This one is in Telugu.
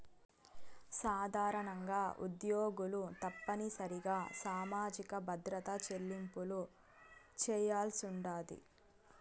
సాధారణంగా ఉద్యోగులు తప్పనిసరిగా సామాజిక భద్రత చెల్లింపులు చేయాల్సుండాది